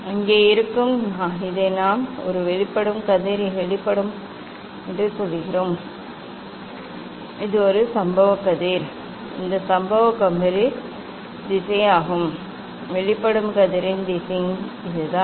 அங்கே இருக்கும் இதை நாம் ஒரு வெளிப்படும் கதிர் வெளிப்படும் கதிர் என்று சொல்கிறோம் இது ஒரு சம்பவ கதிர் இது சம்பவ கதிர் இது சம்பவக் கதிரின் திசையாகும் வெளிப்படும் கதிரின் திசையும் இதுதான்